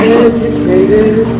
educated